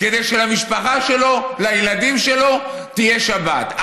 כדי שלמשפחה שלו, לילדים שלו, תהיה שבת.